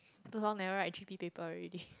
too long never write g_p paper already